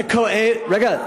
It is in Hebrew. זה כואב, רגע.